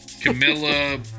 Camilla